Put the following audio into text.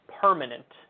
permanent